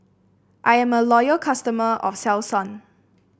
I am a loyal customer of Selsun